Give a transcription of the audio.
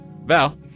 Val